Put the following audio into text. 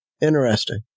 Interesting